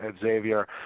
Xavier